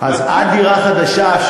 אז על דירה חדשה,